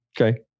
Okay